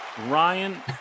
Ryan